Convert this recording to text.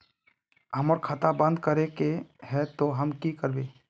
हमर खाता बंद करे के है ते हम की करबे?